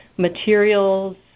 materials